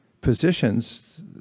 positions